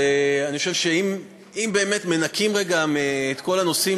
ואני חושב שאם מנכים רגע את כל הנושאים